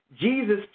Jesus